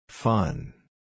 Fun